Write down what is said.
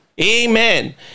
Amen